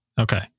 Okay